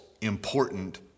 important